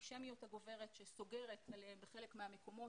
האנטישמיות הגוברת שסוגרת עליהם בחלק מהמקומות,